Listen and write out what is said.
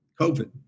COVID